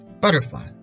butterfly